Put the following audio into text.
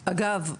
אגב,